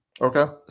okay